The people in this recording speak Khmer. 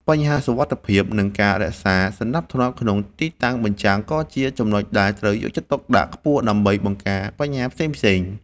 បញ្ហាសុវត្ថិភាព និងការរក្សាសណ្ដាប់ធ្នាប់ក្នុងទីតាំងបញ្ចាំង ក៏ជាចំណុចដែលត្រូវយកចិត្តទុកដាក់ខ្ពស់ដើម្បីបង្ការបញ្ហាផ្សេងៗ។